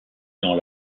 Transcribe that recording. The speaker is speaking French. gens